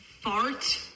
Fart